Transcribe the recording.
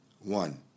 One